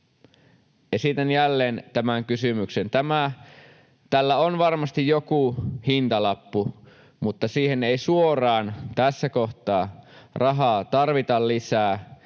Esitän jälleen tämän kysymyksen. Tällä on varmasti joku hintalappu, mutta siihen ei suoraan tässä kohtaa rahaa tarvita lisää.